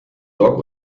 dock